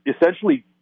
essentially